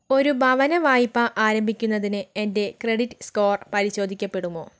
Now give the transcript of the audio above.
ഒരു ഭവനവായ്പ ആരംഭിക്കുന്നതിന് എൻ്റെ ക്രെഡിറ്റ് സ്കോർ പരിശോധിക്കപ്പെടുമോ